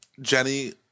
jenny